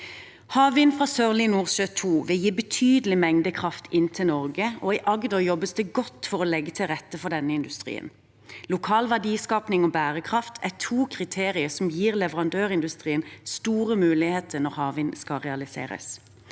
Havvind fra Sørlige Nordsjø II vil gi betydelige mengder kraft inn til Norge, og i Agder jobbes det godt for å legge til rette for denne industrien. Lokal verdiskaping og bærekraft er to kriterier som gir leverandørindustrien store muligheter når havvind skal realiseres.